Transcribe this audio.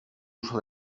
uso